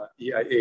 EIA